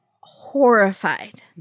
horrified